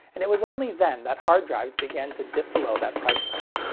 and it was only then that hard drives began to dip below that price point.